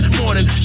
morning